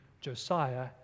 Josiah